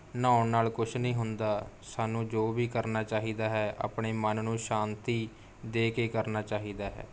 ਨਹਾਉਣ ਨਾਲ ਕੁਛ ਨਹੀਂ ਹੁੰਦਾ ਸਾਨੂੰ ਜੋ ਵੀ ਕਰਨਾ ਚਾਹੀਦਾ ਹੈ ਆਪਣੇ ਮਨ ਨੂੰ ਸ਼ਾਂਤੀ ਦੇ ਕੇ ਕਰਨਾ ਚਾਹੀਦਾ ਹੈ